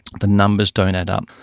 the numbers don't add up.